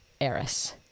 Eris